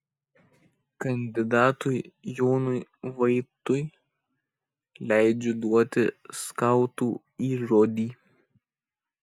kandidatui jonui vaitui leidžiu duoti skautų įžodį